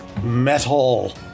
metal